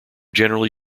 generally